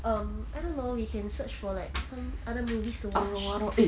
um I don't know we can search for like hmm other movies to watch or you want to